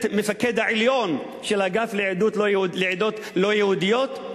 העליון של האגף לעדות לא-יהודיות,